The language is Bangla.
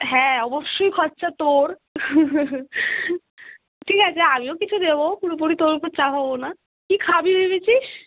হ্যাঁ অবশ্যই খরচা তোর ঠিক আছে আমিও কিছু দেবো পুরোপুরি তোর উপর চাপাবো না কি খাবি ভেবেছিস